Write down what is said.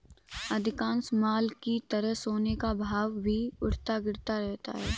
अधिकांश माल की तरह सोने का भाव भी उठता गिरता रहता है